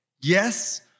Yes